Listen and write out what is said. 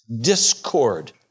Discord